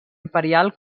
imperial